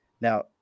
now